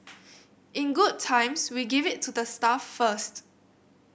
in good times we give it to the staff first